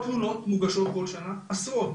אמצעים.